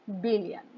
billion